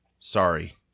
Sorry